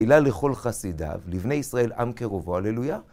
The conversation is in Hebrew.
אלא לכל חסידיו, לבני ישראל, עם קרובו, הללויה.